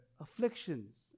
afflictions